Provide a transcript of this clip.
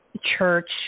church